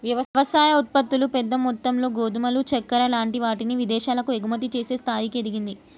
వ్యవసాయ ఉత్పత్తులు పెద్ద మొత్తములో గోధుమలు చెక్కర లాంటి వాటిని విదేశాలకు ఎగుమతి చేసే స్థాయికి ఎదిగింది